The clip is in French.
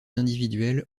individuelles